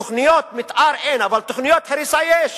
תוכניות מיתאר אין, אבל תוכניות הריסה יש.